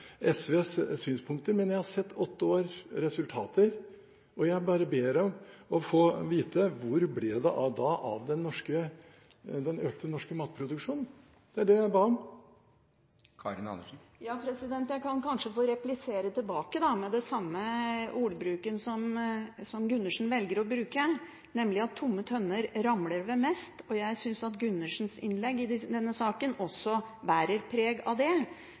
SVs synspunkter, men jeg har sett åtte års resultater, og jeg bare ber om å få vite: Hvor ble det da av den økte norske matproduksjonen? Det var det jeg ba om. Da kan jeg kanskje få replisere med den samme ordbruken som Gundersen velger å bruke, nemlig at «tomme tønner ramler mest». Jeg syns at Gundersens innlegg i denne saken også bærer preg av det.